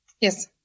Yes